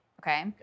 okay